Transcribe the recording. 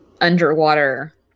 underwater